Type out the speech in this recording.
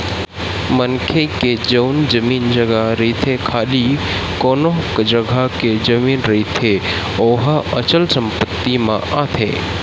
मनखे के जउन जमीन जघा रहिथे खाली कोनो जघा के जमीन रहिथे ओहा अचल संपत्ति म आथे